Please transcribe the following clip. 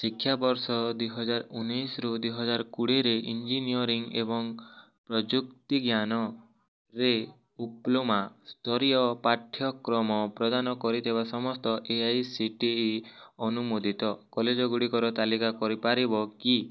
ଶିକ୍ଷାବର୍ଷ ଦୁଇ ହଜାର ଉଣାଇଶି ରୁ ଦୁଇ ହଜାର କୋଡ଼ିଏରେ ଇଞ୍ଜିନିୟରିଂ ଏବଂ ପ୍ରଯୁକ୍ତି ଜ୍ଞାନରେ ଡିପ୍ଲୋମା ସ୍ତରୀୟ ପାଠ୍ୟକ୍ରମ ପ୍ରଦାନ କରିଦେବା ସମସ୍ତ A I C T E ଅନୁମୋଦିତ କଲେଜ ଗୁଡ଼ିକର ତାଲିକା କରିପାରିବ କି